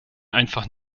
einfach